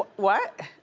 what?